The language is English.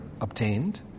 obtained